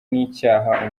n’icyaha